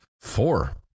Four